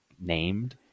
named